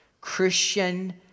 Christian